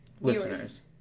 listeners